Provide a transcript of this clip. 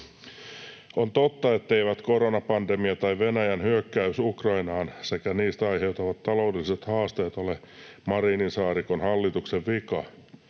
On totta, etteivät koronapandemia tai Venäjän hyökkäys Ukrainaan sekä niistä aiheutuvat taloudelliset haasteet ole Marinin—Saarikon hallituksen vika.